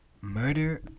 murder